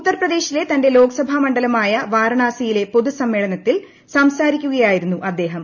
ഉത്തർപ്രദേശിലെ തന്റെ ലോക്സഭാ മണ്ഡലമായ വാരണാസിയിലെ പൊതുസമ്മേളനത്തിൽ സംസാരിക്കുകയായിരുന്നു അദ്ദേഹം